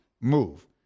move